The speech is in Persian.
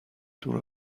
دور